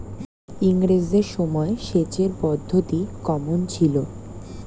ইঙরেজদের সময় সেচের পদ্ধতি কমন ছিল?